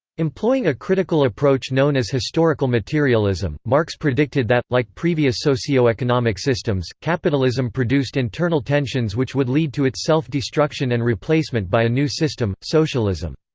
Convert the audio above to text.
employing a critical approach known as historical materialism, marx predicted that, like previous socio-economic systems, capitalism produced internal tensions which would lead to its self-destruction and replacement by a new system socialism.